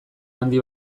handi